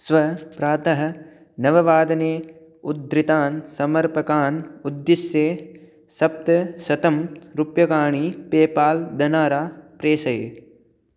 श्वः प्रातः नववादने उद्धृतान् सम्पर्कान् उद्दिश्य सप्तशतं रुप्यकाणि पेपाल् धनाराशिं प्रेषय